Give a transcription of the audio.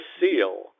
Seal